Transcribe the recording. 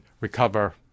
recover